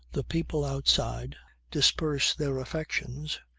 the people outside disperse their affections,